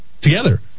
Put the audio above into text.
together